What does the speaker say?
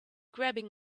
grabbing